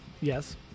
yes